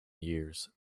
years